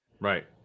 Right